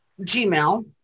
Gmail